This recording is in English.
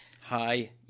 Hi